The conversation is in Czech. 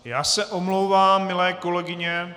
Já se omlouvám, milé kolegyně...